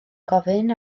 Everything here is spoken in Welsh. gofyn